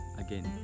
again